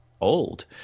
old